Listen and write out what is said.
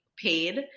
Paid